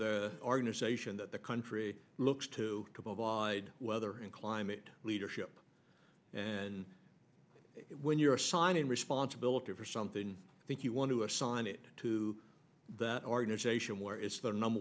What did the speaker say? the organisation that the country looks to weather and climate leadership and when you're assigning responsibility for something i think you want to assign it to that organisation where it's their number